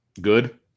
good